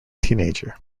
teenager